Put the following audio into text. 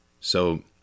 So